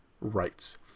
rights